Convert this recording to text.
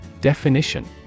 Definition